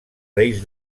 reis